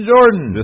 Jordan